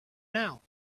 now